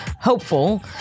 hopeful